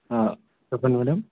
చెప్పండి మేడమ్